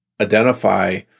identify